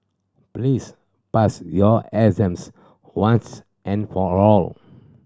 please pass your exams once and for all